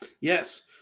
Yes